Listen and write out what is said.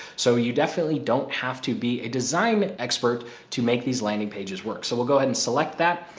so you definitely don't have to be a design expert to make these landing pages work. so we'll go ahead and select that.